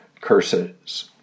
curses